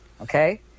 okay